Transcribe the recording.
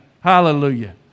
Hallelujah